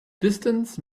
distance